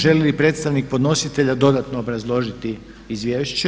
Želi li predstavnik podnositelja dodatno obrazložiti izvješće?